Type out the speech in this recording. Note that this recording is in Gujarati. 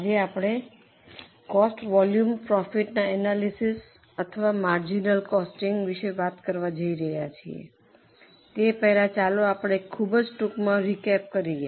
આજે આપણે કોસ્ટ વોલ્યુમ પ્રોફિટના એનાલિસિસ અથવા માર્જિનલ કોસ્ટિંગ વિશે વાત કરવા જઈ રહ્યા છીએ તે પહેલાં ચાલો આપણે એક ખૂબ જ ટૂંકમા રીકેપ કરીએ